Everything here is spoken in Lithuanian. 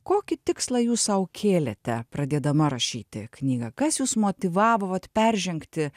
kokį tikslą jūs sau kėlėte pradėdama rašyti knygą kas jus motyvavo vat peržengti